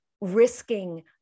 risking